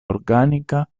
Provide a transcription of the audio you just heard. organica